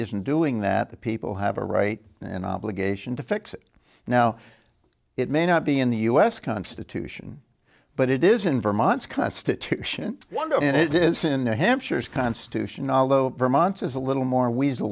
isn't doing that the people have a right and obligation to fix it now it may not be in the u s constitution but it is in vermont's constitution one of it is in new hampshire's constitution although vermont is a little more we